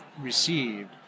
received